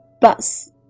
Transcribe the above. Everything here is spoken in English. Bus